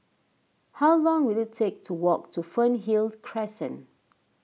how long will it take to walk to Fernhill Crescent